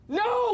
no